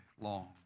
long